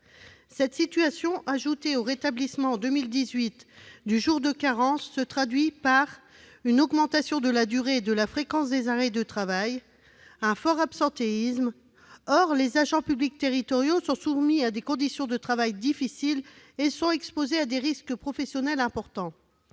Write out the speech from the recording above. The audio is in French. Cette situation, ajoutée au rétablissement, en 2018, du jour de carence, se traduit par une augmentation de la durée et de la fréquence des arrêts de travail et un fort absentéisme. Or les agents publics territoriaux sont soumis à des conditions de travail difficiles et sont exposés à des risques professionnels importants.